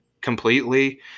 completely